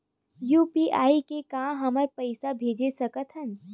UPI से का हमर पईसा भेजा सकत हे?